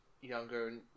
younger